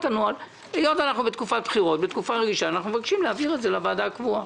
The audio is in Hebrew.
כדי לאשר את העיקרון במקרה הזה אמרנו את מה שאמרה היועצת המשפטית: